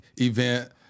event